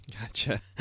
Gotcha